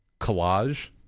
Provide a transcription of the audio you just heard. Collage